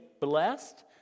blessed